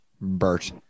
bert